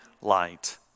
light